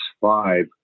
Five